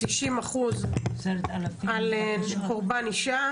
90 אחוזים על קורבן אישה